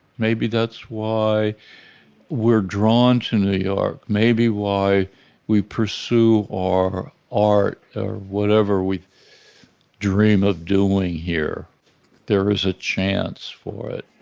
maybe that's why we're drawn to new york. maybe why we pursue or art or whatever we dream of doing here there is a chance for it